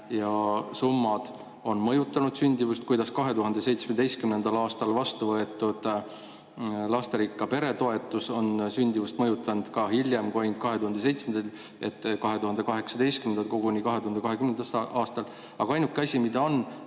ja summad on mõjutanud sündimust, kuidas 2017. aastal vastuvõetud lasterikka pere toetus on sündimust mõjutanud hiljemgi kui ainult 2017. aastal, ka 2018. ja koguni 2020. aastal. Aga nendest ei olnud